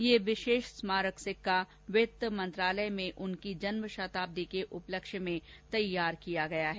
यह विशेष स्मारक सिक्का वित्त मंत्रालय में उनकी जन्मशताब्दी के उपलक्ष्य में तैयार किया गया है